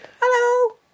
Hello